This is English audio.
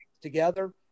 together